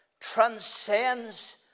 transcends